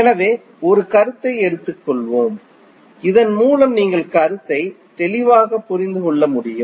எனவே ஒரு கருத்தை எடுத்துக்கொள்வோம் இதன் மூலம் நீங்கள் கருத்தை தெளிவாக புரிந்து கொள்ள முடியும்